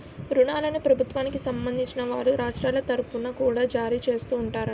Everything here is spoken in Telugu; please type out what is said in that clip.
ఋణాలను ప్రభుత్వానికి సంబంధించిన వారు రాష్ట్రాల తరుపున కూడా జారీ చేస్తూ ఉంటారట